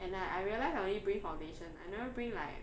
and like I realise I only bring foundation I never bring like